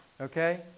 Okay